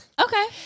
okay